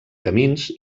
camins